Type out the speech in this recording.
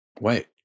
wait